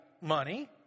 money